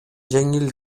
жеңил